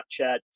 Snapchat